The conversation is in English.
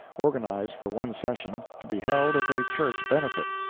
organized for one session, to be held as a church benefit.